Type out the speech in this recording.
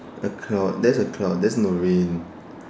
a cloud that's a cloud that's not rain